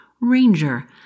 Ranger